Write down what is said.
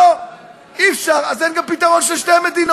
לא, אי-אפשר, אז אין גם פתרון של שתי מדינות.